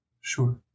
sure